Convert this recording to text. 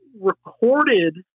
Recorded